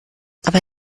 aber